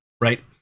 right